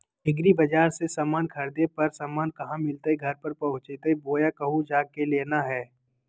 एग्रीबाजार से समान खरीदे पर समान कहा मिलतैय घर पर पहुँचतई बोया कहु जा के लेना है?